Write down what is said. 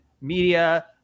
media